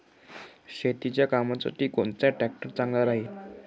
शेतीच्या कामासाठी कोनचा ट्रॅक्टर चांगला राहीन?